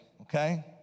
okay